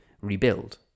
rebuild